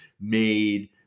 made